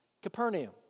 Capernaum